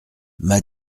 m’a